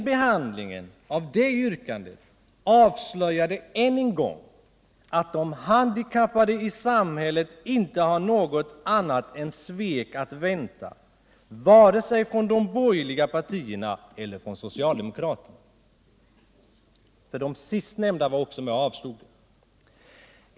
Behand lingen av det yrkandet avslöjade än en gång att de handikappade i samhället inte har något annat än svek att vänta vare sig från de borgerliga partierna eller från socialdemokraterna. Även de sistnämnda var nämligen med och avslog vårt yrkande.